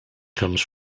comes